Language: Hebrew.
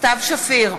סתיו שפיר,